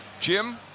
Jim